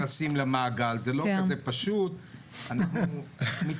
אנחנו לאט לאט נכנסים למעגל.